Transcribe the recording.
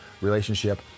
relationship